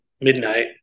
midnight